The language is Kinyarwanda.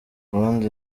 ubundi